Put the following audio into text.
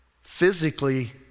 physically